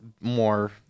more